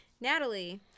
Natalie